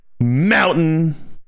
Mountain